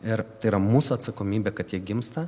ir tai yra mūsų atsakomybė kad jie gimsta